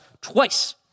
twice